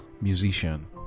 musician